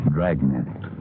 Dragnet